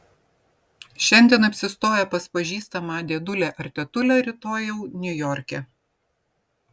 šiandien apsistoję pas pažįstamą dėdulę ar tetulę rytoj jau niujorke